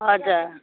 हजुर